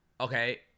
Okay